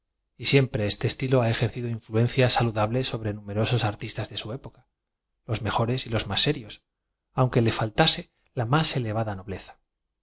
y siempre este estilo ha ejercido influencia saluda ble sobre numerosos artistas de su época los mejores y los más serios aunque le faltase la más elevada